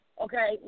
okay